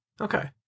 Okay